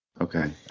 okay